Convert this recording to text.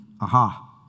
aha